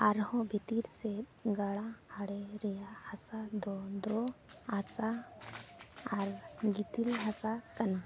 ᱟᱨᱦᱚᱸ ᱵᱷᱤᱛᱤᱨ ᱥᱮᱫ ᱜᱟᱰᱟ ᱟᱲᱮ ᱨᱮᱭᱟᱜ ᱦᱟᱥᱟ ᱫᱚ ᱫᱳᱸᱣᱟᱥ ᱟᱨ ᱜᱤᱛᱤᱞ ᱦᱟᱥᱟ ᱠᱟᱱᱟ